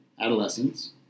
adolescence